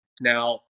Now